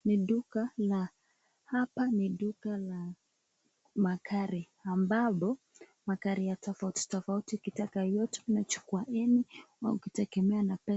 Ni duka la, hapa ni duka la magari ambapo , magari ya tafauti tafauti ukitaka yeyote unachukuwa yani inakutegemea na pesa ...